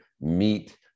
meet